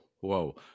whoa